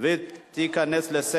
בעד, 13, אין מתנגדים.